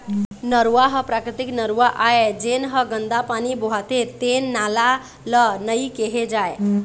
नरूवा ह प्राकृतिक नरूवा आय, जेन ह गंदा पानी बोहाथे तेन नाला ल नइ केहे जाए